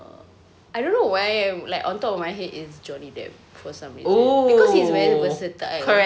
I don't know why like on top of my head is johnny depp for some reason because he's very versatile